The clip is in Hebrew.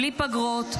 בלי פגרות,